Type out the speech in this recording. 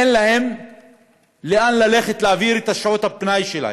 אין להם לאן ללכת להעביר את שעות הפנאי שלהם,